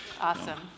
Awesome